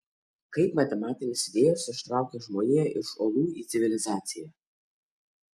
kaip matematinės idėjos ištraukė žmoniją iš olų į civilizaciją